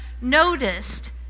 noticed